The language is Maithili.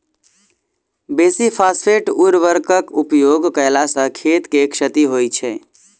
बेसी फास्फेट उर्वरकक उपयोग कयला सॅ खेत के क्षति होइत छै